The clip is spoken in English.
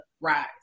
rise